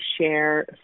share